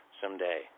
someday